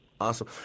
Awesome